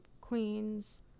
Queens